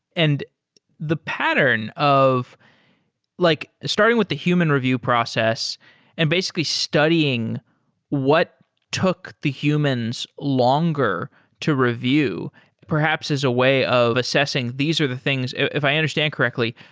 and the pattern of like starting with the human review process and basically studying what took the humans longer to review perhaps is a way of assessing these are the things if i understand correctly,